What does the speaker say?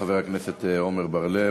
חבר הכנסת עמר בר-לב,